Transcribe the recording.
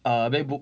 err macbook